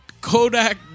Kodak